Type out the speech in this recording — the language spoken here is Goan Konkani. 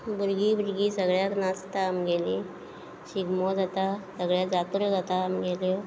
भुरगीं भुरगीं सगळ्याक नाचता आमगेलीं शिगमो जाता सगळ्या जात्र जाता आमगेल्यो